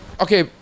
okay